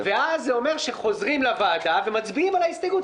ואז זה אומר שחוזרים לוועדה ומצביעים על ההסתייגות,